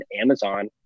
Amazon